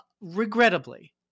regrettably